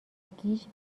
گیج